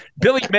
Billy